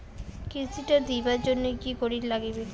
কিস্তি টা দিবার জন্যে কি করির লাগিবে?